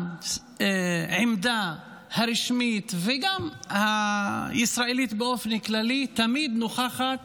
העמדה הרשמית וגם הישראלית באופן כללי תמיד נוכחת